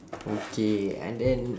okay and then